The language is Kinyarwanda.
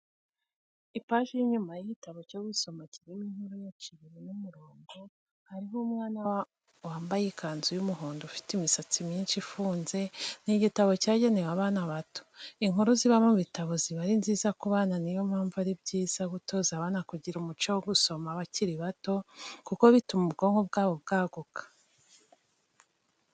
Ipaji y'inyuma y'igitabo cyo gusoma kirimo inkuru ya Cibiri n'umurongo, hariho umwana wambaye ikanzu y'umuhondo ufite imisatsi myinshi ifunze, ni igitabo cyagenewe abana bato. Inkuru ziba mu bitabo ziba ari nziza ku bana niyo mpamvu ari byiza gutoza abana kugira umuco wo gusoma bakiri bato, kuko bituma ubwonko bwabo bwaguka.